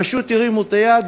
פשוט הרימו את היד,